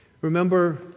Remember